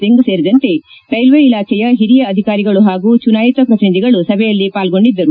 ಸಿಂಗ್ ಸೇರಿದಂತೆ ರೈಲ್ವೆ ಇಲಾಖೆಯ ಹಿರಿಯ ಅಧಿಕಾರಿಗಳು ಹಾಗೂ ಚುನಾಯಿತ ಪ್ರತಿನಿಧಿಗಳು ಸಭೆಯಲ್ಲಿ ಪಾಲ್ಗೊಂಡಿದ್ದರು